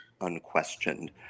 unquestioned